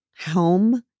home